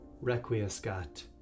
requiescat